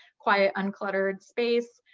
quiet, uncluttered space.